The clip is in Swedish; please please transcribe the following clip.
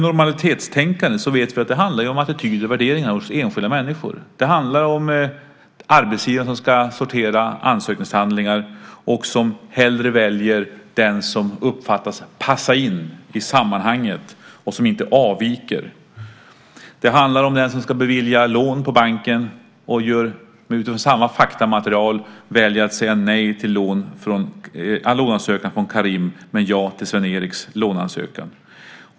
Normalitetstänkandet handlar om attityder och värderingar hos enskilda människor. Det handlar om arbetsgivare som ska sortera ansökningshandlingar och som hellre väljer den som uppfattas passa in i sammanhanget och som inte avviker. Det handlar om den som ska bevilja lån på banken och utifrån samma faktamaterial väljer att säga nej till låneansökan från Karim men ja till Sven-Eriks låneansökan.